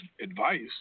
advice